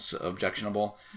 objectionable